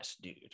dude